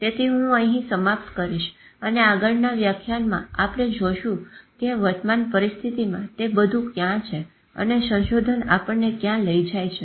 તેથી હું અહી સમાપ્ત કરીશ અને આગળના વ્યાખ્યાનમાં આપણે જોશું કે વર્તમાન પરિસ્થિતિમાં તે બધું ક્યાં છે અને સંશોધન આપણને ક્યાં લઇ જાય છે